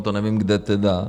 To nevím, kde tedy.